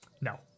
No